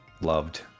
loved